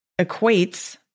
equates